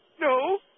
No